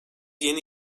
yeni